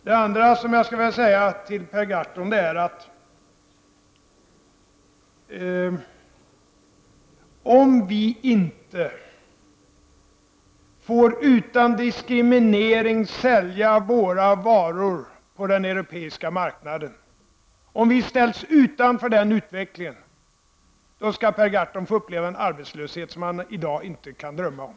Det andra som jag skulle vilja säga till Per Gahrton är att om nu vi inte får utan diskriminering sälja våra varor på den europeiska marknaden, om vi ställs utanför den utvecklingen, då skall Per Gahrton få uppleva en arbetslöshet som han i dag inte kan drömma om.